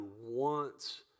wants